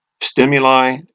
stimuli